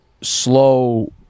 slow